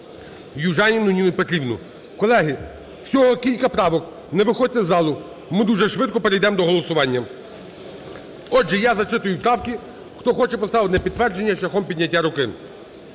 Южаніну Ніну Петрівну. Колеги, всього кілька правок, не виходьте з залу, ми дуже швидко перейдемо до голосування. Отже, я зачитую правки. Хто хоче поставити на підтвердження – шляхом підняття руки.